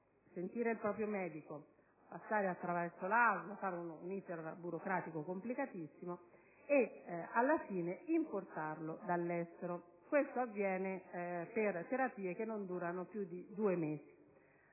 sentire il proprio medico, passare attraverso l'ASL, seguendo un *iter* burocratico davvero complicato e alla fine importarlo dall'estero. Questo avviene per terapie che non durano più di due mesi.